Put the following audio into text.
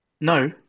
no